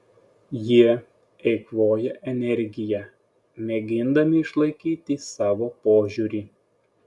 jie eikvoja energiją mėgindami išlaikyti savo požiūrį